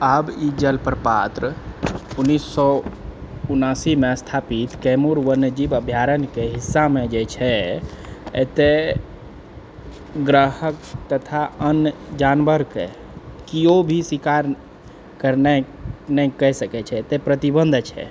आब ई जलप्रपात उन्नैस सए उन्नासी मे स्थापित कैमूर वन्यजीव अभयारण्यक हिस्सामे जे छै एतए ग्राह तथा आन जानवरके केओ भी शिकार करनाइ नहि कए सकैत छै प्रतिबन्धित अछि